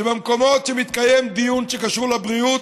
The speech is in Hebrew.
שבמקומות שמתקיים דיון שקשור לבריאות,